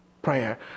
prayer